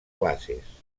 classes